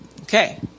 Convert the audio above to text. Okay